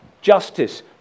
justice